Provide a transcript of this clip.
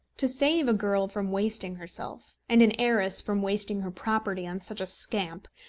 to save a girl from wasting herself, and an heiress from wasting her property on such a scamp,